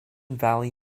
valley